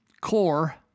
core